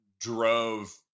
drove